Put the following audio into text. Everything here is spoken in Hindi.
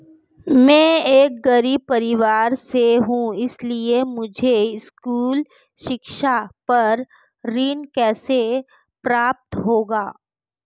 मैं एक गरीब परिवार से हूं इसलिए मुझे स्कूली शिक्षा पर ऋण कैसे प्राप्त होगा?